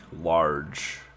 large